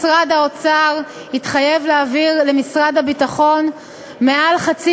משרד האוצר התחייב להעביר למשרד הביטחון מעל חצי